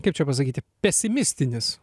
kaip čia pasakyti pesimistinis